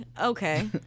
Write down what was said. okay